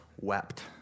wept